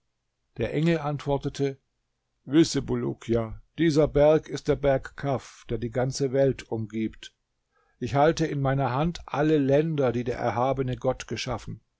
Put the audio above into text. der engel antwortete wisse bulukia dieser berg ist der berg kaf der die ganze welt umgibt ich halte in meiner hand alle länder die der erhabene gott geschaffen